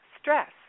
stress